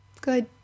good